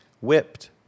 whipped